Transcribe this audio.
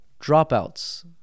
dropouts